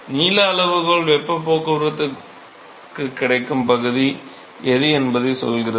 நீள அளவுகோல் வெப்பப் போக்குவரத்திற்குக் கிடைக்கும் பகுதி எது என்பதைச் சொல்கிறது